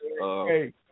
Hey